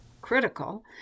critical